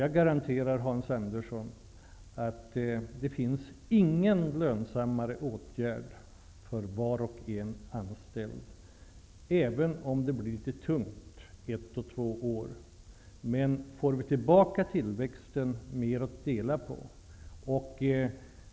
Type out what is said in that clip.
Jag garanterar Hans Andersson att det inte finns någon annan åtgärd som är lönsammare för de enskilda anställda, även om det kan bli litet tungt under ett par år. Om vi får tillbaka tillväxten blir det mera att dela på.